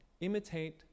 Imitate